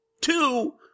two